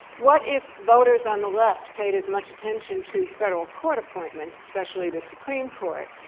what if voters on the left paid as much attention to federal court appointments, especially the supreme court,